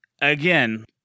Again